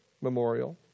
memorial